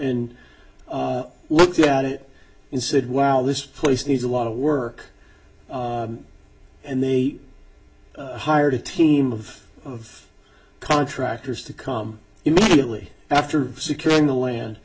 and look at it and said wow this place needs a lot of work and they hired a team of of contractors to come in immediately after securing the land